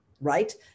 right